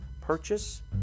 purchase